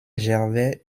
gervais